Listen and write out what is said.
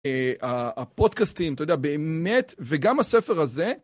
הפודקאסטים, אתה יודע, באמת, וגם הספר הזה.